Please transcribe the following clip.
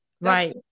Right